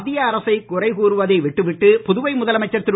மத்திய அரசை குறை கூறுவதை விட்டுவிட்டு புதுவை முதலமைச்சர் திரு